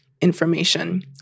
information